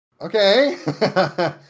Okay